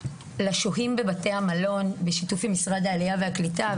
לשוהים בבתי המלון המשרד - בשיתוף עם משרד העלייה והקליטה,